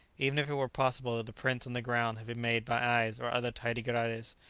even if it were possible that the prints on the ground had been made by ais or other taidigrades,